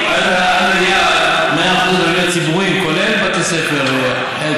800 מיילים, אין דבר כזה.